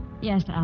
Yes